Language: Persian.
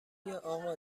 اقا